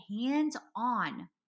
hands-on